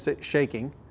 shaking